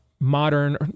Modern